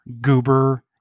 goober